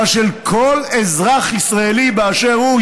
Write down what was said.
אבל של כל אזרח ישראלי באשר הוא,